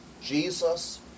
Jesus